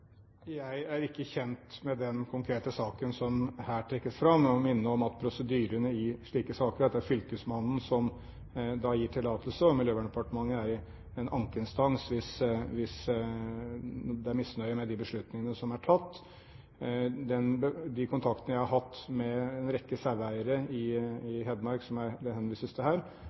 Jeg er ikke kjent med den konkrete saken som her trekkes fram, og jeg må minne om at prosedyrene i slike saker er at det er fylkesmannen som gir tillatelse. Miljøverndepartementet er ankeinstans hvis det er misnøye med de beslutninger som er tatt. De kontaktene jeg har hatt med en rekke saueeiere i Hedmark, som det henvises til her,